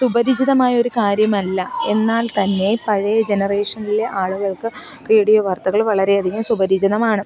സുപരിചിതമായൊരു കാര്യമല്ല എന്നാൽത്തന്നെ പഴയ ജനറേഷനിലെ ആളുകൾക്ക് റേഡിയോ വാർത്തകൾ വളരെയധികം സുപരിചിതമാണ്